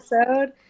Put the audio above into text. episode